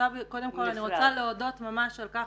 קודם כל אני ממש רוצה להודות על כך.